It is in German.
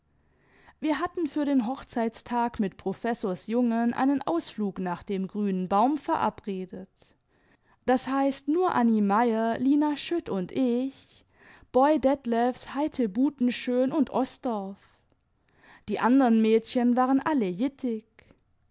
wir hatten für den hochzeitstag mit professors jungen einen ausflug nach dem grünen baum verabredet das heißt nur anni meier lina schutt und ich boy detlefs heite butenschön und osdorff die anderen mädchen waren alle